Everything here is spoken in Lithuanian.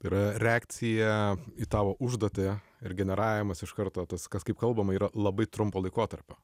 yra reakcija į tavo užduotį ir generavimas iš karto tas kas kaip kalbama yra labai trumpo laikotarpio